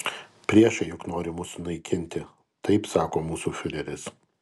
priešai juk nori mus sunaikinti taip sako mūsų fiureris